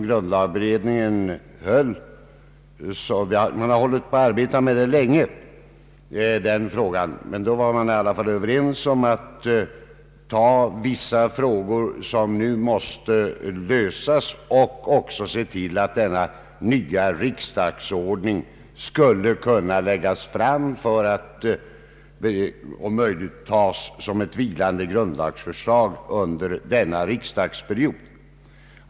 Grundlagberedningen har arbetat med den frågan länge, och vid det senaste sammanträdet var man överens om att ta upp vissa frågor, som nu måste lösas och se till att den nya riksdagsordningen skulle kunna läggas fram för att om möjligt tas som ett vilande grundlagsförslag under denna riksdagsperiod.